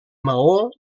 maó